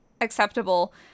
acceptable